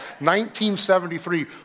1973